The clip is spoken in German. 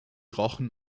rochen